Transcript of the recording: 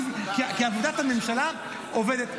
כי עבודת הממשלה עובדת.